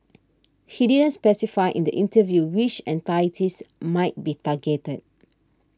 he didn't specify in the interview which entities might be targeted